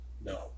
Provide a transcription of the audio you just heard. No